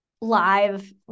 live